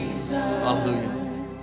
Hallelujah